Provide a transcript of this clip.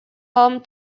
home